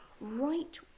right